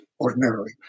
ordinarily